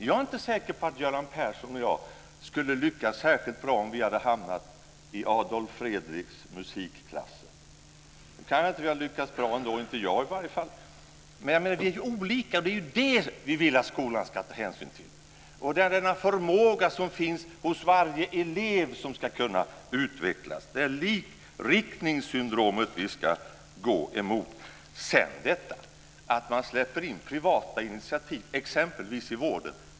Jag är inte säker på att Göran Persson och jag skulle ha lyckats särskilt bra om vi hade hamnat i Adolf Fredriks musikklasser. Nu kanske vi inte har lyckats bra ändå, i varje fall inte jag. Men vi är olika. Det är det vi vill att skolan ska ta hänsyn till. Den förmåga som finns hos varje elev ska kunna utvecklas. Vi ska gå emot likriktningssyndromet. Varför släpper man in privata initiativ, exempelvis i vården?